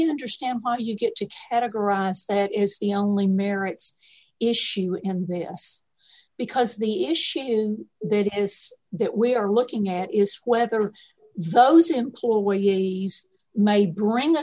understand why you get to categorize that as the only merits issue in the us because the issue that is that we are looking at is whether those employed may br